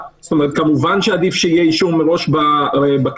כמובן שעדיף שיהיה אישור מראש בכנסת,